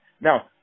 Now